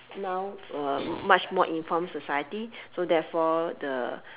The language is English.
now uh much more informed society so therefore the